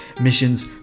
Missions